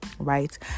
right